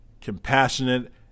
compassionate